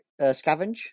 scavenge